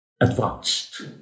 advanced